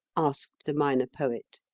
asked the minor poet.